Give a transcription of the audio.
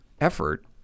effort